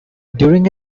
during